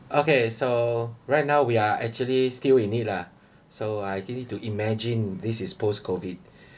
okay so right now we're actually still in it lah so I think need to imagine this is post COVID